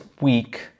week